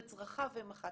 וצרכיו הם 1,